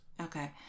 Okay